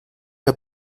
der